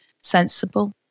sensible